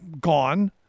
Gone